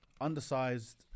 Undersized